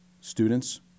students